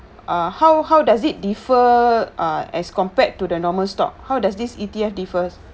uh how how does it differ uh as compared to the normal stock how does this E_T_F differs